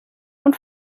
und